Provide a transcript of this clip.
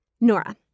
Nora